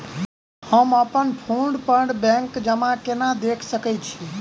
हम अप्पन फोन पर बैंक जमा केना देख सकै छी?